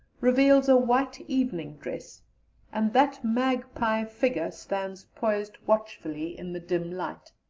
reveals a white evening dress and that magpie figure stands poised watchfully in the dim light,